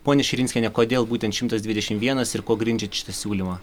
ponia širinskienė kodėl būtent šimtas dvidešimt vienas ir kuo grindžiat šitą siūlymą